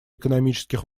экономических